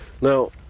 Now